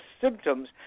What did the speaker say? symptoms